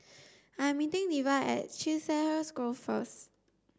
I'm meeting Diya at Chiselhurst Grove first